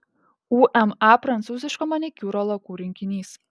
uma prancūziško manikiūro lakų rinkinys